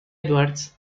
edwards